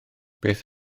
beth